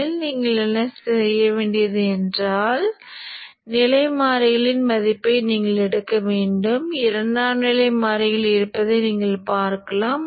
R இல் உள்ள சக்திச் சிதறல் R இன் மதிப்பிலிருந்து சுதந்திரமாக இருப்பதை பார்க்கலாம்